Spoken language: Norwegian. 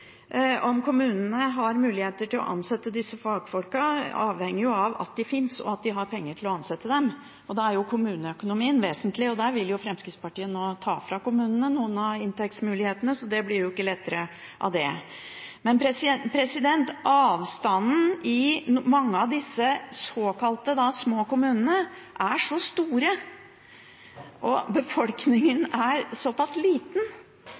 Om kommunene har muligheter til å ansette disse fagfolkene, avhenger av at de fins, og at de har penger til å ansette dem. Da er kommuneøkonomien vesentlig, og der vil Fremskrittspartiet nå ta fra kommunene noen av inntektsmulighetene – det blir jo ikke lettere av det. Avstanden i mange av disse såkalte små kommunene er så store og befolkningen såpass liten